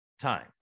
time